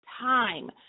time